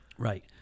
Right